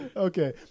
Okay